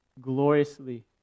gloriously